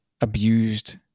abused